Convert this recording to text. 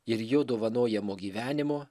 ir jo dovanojamo gyvenimo